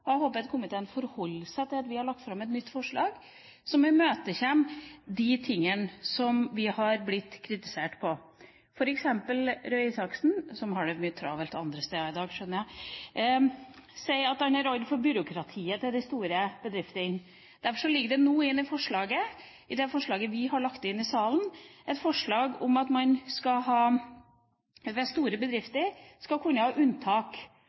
og jeg håper at komiteen forholder seg til at vi har lagt fram et nytt forslag som imøtekommer de tingene som vi har blitt kritisert for. For eksempel sier Røe Isaksen, som har det travelt andre steder i dag, skjønner jeg, at han er redd for byråkratiet til de store bedriftene. Derfor ligger det nå inne i det forslaget vi har lagt ut i salen, at man ved store bedrifter skal kunne ha unntak